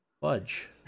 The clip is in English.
fudge